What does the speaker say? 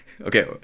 Okay